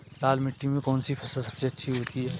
लाल मिट्टी में कौन सी फसल सबसे अच्छी उगती है?